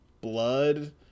blood